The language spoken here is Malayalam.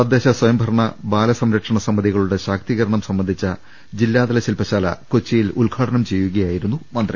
തദ്ദേ ശസ്വയം ഭരണ ബാല സംരക്ഷണ സമിതികളുടെ ശാക്തീകരണം സംബന്ധിച്ച ജില്ലാതല ശിൽപശാല കൊച്ചിയിൽ ഉദ്ഘാടനം ചെയ്യുകയായിരുന്നു മന്ത്രി